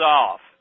off